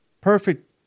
perfect